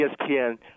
ESPN